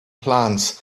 plants